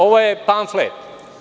Ovo je panfle.